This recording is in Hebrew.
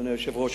אדוני היושב-ראש,